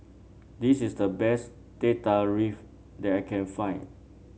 this is the best Teh Tarik that I can find